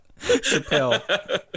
Chappelle